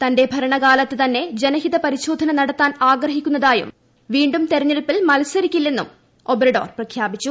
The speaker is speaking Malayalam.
തന്റെ ഭരണകാലത്ത് തന്നെ ജനഹിത പരിശോധന നടത്താൻ ആഗ്രഹിക്കുന്നതായും വീണ്ടും തെരഞ്ഞെടുപ്പിൽ മത്സരിക്കില്ലെന്നും ഒബ്രേഡർ പ്രഖ്യാപിച്ചു